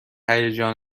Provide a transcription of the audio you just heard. هیجان